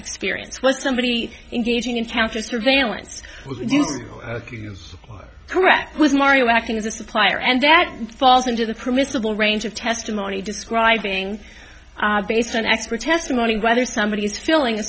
experience was somebody in gauging in counter surveillance was correct was mario acting as a supplier and that falls into the permissible range of testimony describing based on expert testimony whether somebody is filling a